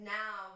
now